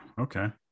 okay